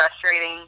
frustrating